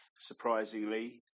surprisingly